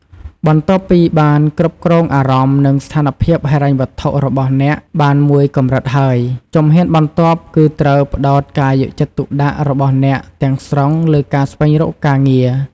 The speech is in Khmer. បន្ទាប់ពីបានគ្រប់គ្រងអារម្មណ៍ និងស្ថានភាពហិរញ្ញវត្ថុរបស់អ្នកបានមួយកម្រិតហើយ ជំហានបន្ទាប់គឺត្រូវផ្តោតការយកចិត្តទុកដាក់របស់អ្នកទាំងស្រុងលើការស្វែងរកការងារ។